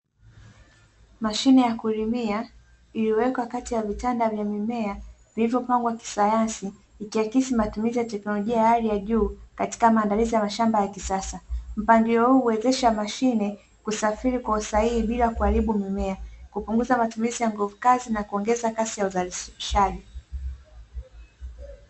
Mashine ya kulimia iliyowekwa kati ya vitanda vya mimea vilivyo pangwa kisayansi ikiakisi matumizi ya teknolojia ya hali ya juu katika maandalizi ya mashamba ya kisasa. Mpangilio huu huwezesha mashine kusafiri kwa usahihi bila kuharibu mimea, kupunguza matumizi ya nguvu kazi nakuongeza kasi ya uzalishaji.